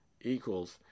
equals